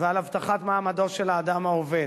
ועל הבטחת מעמדו של האדם העובד.